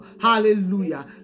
Hallelujah